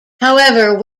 however